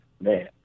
man